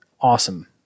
Awesome